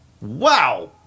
Wow